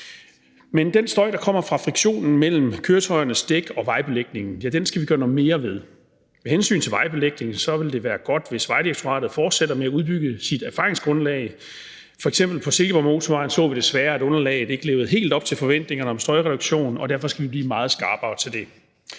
Men den støj, der kommer fra friktionen mellem køretøjernes dæk og vejbelægningen, skal vi gøre noget mere ved. Med hensyn til vejbelægningen vil det være godt, hvis Vejdirektoratet fortsætter med at udbygge sit erfaringsgrundlag. F.eks. så vi desværre på Silkeborgmotorvejen, at underlaget ikke levede helt op til forventningerne om støjreduktion, og derfor skal vi blive meget skarpere til det.